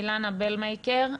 אילנה בלמקר.